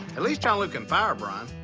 at least john luke can fire brian.